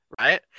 right